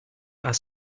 are